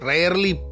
Rarely